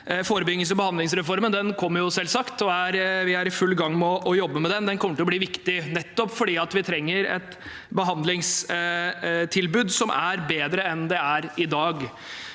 forebyggings- og behandlingsreformen. Den kommer selvsagt, og vi er i full gang med å jobbe med den. Den kommer til å bli viktig nettopp fordi vi trenger et behandlingstilbud som er bedre enn det er i dag.